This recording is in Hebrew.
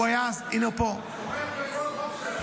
הוא היה --- תומך בכל חוק שלכם.